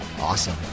Awesome